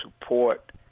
support